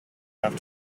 have